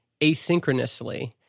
asynchronously